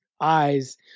eyes